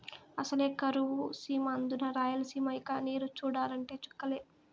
అసలే కరువు సీమ అందునా రాయలసీమ ఇక నీరు చూడాలంటే చుక్కలే